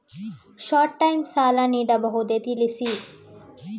Short time ಸಾಲ ನೀಡಬಹುದೇ ತಿಳಿಸಿ?